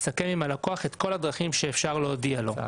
אתה אומר שאתה מצהיר מהי הדרך לשליחת ההודעה.